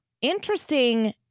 Interesting